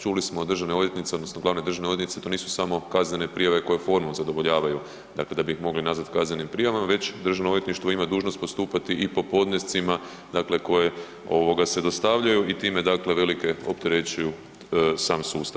Čuli smo od državne odvjetnice, odnosno glavne državne odvjetnice to nisu samo kaznene prijave koje formom zadovoljavaju, dakle da bi ih mogli nazvati kaznenim prijavama već Državno odvjetništvo ima dužnost postupati i po podnescima dakle koji se dostavljaju i time dakle velike opterećuju sam sustav.